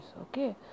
okay